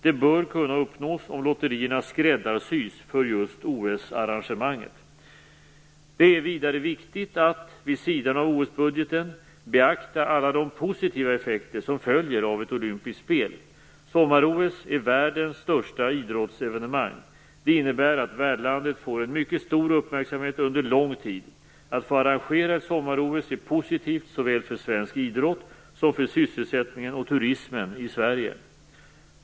Det bör kunna uppnås om lotterierna skräddarsys för just OS Det är vidare viktigt att, vid sidan av OS budgeten, beakta alla de positiva effekter som följer av ett olympiskt spel. Sommar-OS är världens största idrottsevenemang. Det innebär att värdlandet får en mycket stor uppmärksamhet under lång tid. Att få arrangera ett sommar-OS är positivt såväl för svensk idrott som för sysselsättningen och turismen i Sverige.